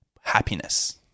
happiness